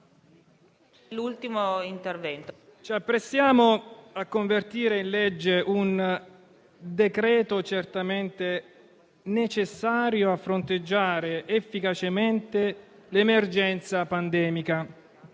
ci accingiamo a convertire in legge un decreto certamente necessario a fronteggiare efficacemente l'emergenza pandemica